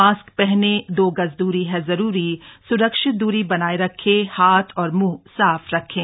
mask पहने दो गज दूरी है जरूरी सुरक्षित दूरी बनाए रखें हाथ और मुंह साफ रखें